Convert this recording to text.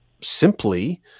simply